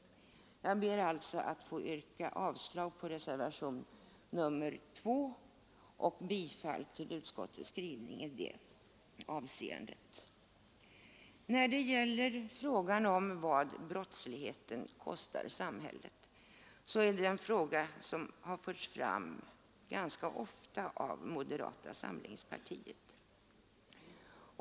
Jag ber alltså att få yrka bifall till utskottets hemställan under B, vilket innebär avslag på reservationen 2. Vad brottsligheten kostar samhället är en fråga som har förts fram ganska ofta av moderata samlingspartiet.